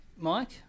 Mike